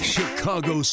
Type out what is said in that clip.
Chicago